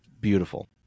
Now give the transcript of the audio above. beautiful